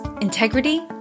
integrity